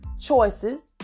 choices